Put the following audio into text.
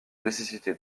nécessité